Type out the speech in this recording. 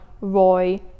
Roy